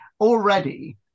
already